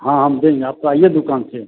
हाँ हम देंगे आप तो आइए दुकान से